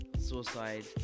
suicide